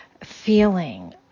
feeling